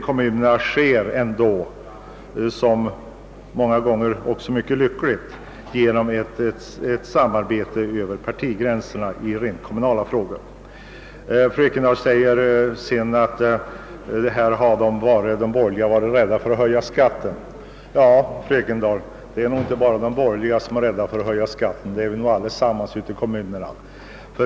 kommuner styrs som sagt — och oftast mycket lyckligt! — genom samarbete över partigränserna när det gäller rent kommunala frågor. Vidare sade fru Ekendahl att de borgerliga varit rädda för att höja skatterna i detta sammanhang. Ja, fru Ekendahl, det är inte bara de borgerliga som är rädda för det, utan det är alla ute i kommunerna.